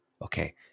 Okay